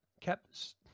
Kept